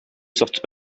sortent